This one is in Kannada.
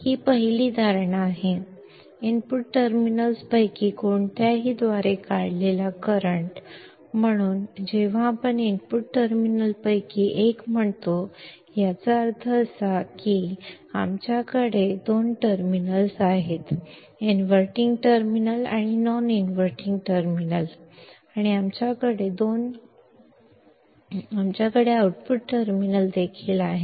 ಕರೆಂಟ್ ಇನ್ಪುಟ್ ಟರ್ಮಿನಲ್ಗಳಿಂದ ಡ್ರಾವ್ ಮಾಡಲ್ಪಟ್ಟಿದೆ ಆದ್ದರಿಂದ ನಾವು ಇನ್ಪುಟ್ ಟರ್ಮಿನಲ್ಗಳನ್ನು ಹೇಳಿದಾಗ ನಾವು ಎರಡು ಟರ್ಮಿನಲ್ಗಳನ್ನು ಹೊಂದಿರುವಂತೆ ಇನ್ವರ್ಟಿಂಗ್ ಟರ್ಮಿನಲ್ ಮತ್ತು ನಾನ್ ಇನ್ವರ್ಟಿಂಗ್ ಟರ್ಮಿನಲ್ಅನ್ನು ಹೊಂದಿದ್ದೇವೆ ಮತ್ತು ನಮ್ಮಲ್ಲಿ ಔಟ್ಪುಟ್ ಟರ್ಮಿನಲ್ ಕೂಡ ಇದೆ